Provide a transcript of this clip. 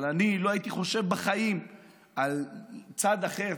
אבל אני לא הייתי חושב בחיים על צד אחר,